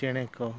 ᱪᱮᱬᱮ ᱠᱚ